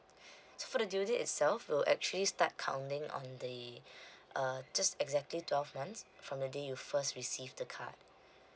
so the due date itself will actually start counting on the uh just exactly twelve months from the day you first receive the card